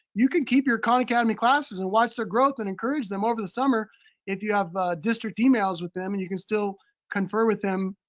you can keep your khan academy classes and watch their growth and encourage them over the summer if you have district emails with them, and you can still confer with them